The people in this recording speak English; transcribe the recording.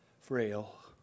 frail